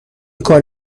کار